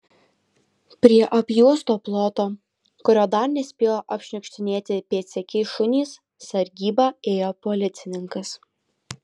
prie apjuosto ploto kurio dar nespėjo apšniukštinėti pėdsekiai šunys sargybą ėjo policininkas